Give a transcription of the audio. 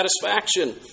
satisfaction